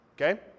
Okay